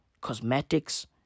cosmetics